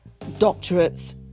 doctorates